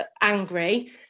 angry